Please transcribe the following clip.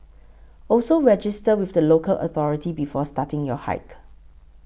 also register with the local authority before starting your hike